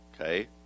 okay